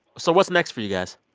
so what's next for you guys?